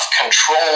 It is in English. control